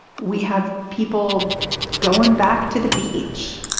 we have people going back to the beach.